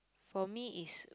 for me is